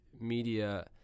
media